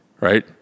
right